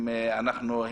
אנחנו מתגאים